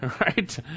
right